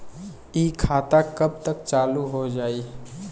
इ खाता कब तक चालू हो जाई?